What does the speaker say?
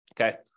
Okay